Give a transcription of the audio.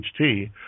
HT